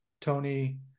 Tony